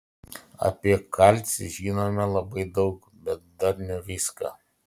apie kalcį žinome labai daug bet dar ne viską